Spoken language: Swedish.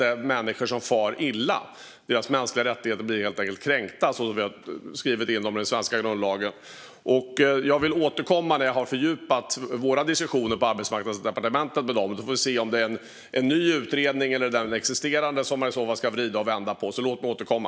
Det handlar om människor vars mänskliga rättigheter, som de är inskrivna i den svenska grundlagen, helt enkelt blir kränkta. Jag vill återkomma när jag har fördjupat våra diskussioner på Arbetsmarknadsdepartementet. Då får vi se om det är en ny utredning eller den existerande som man i så fall ska vrida och vända på. Låt mig därför återkomma.